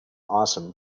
awesome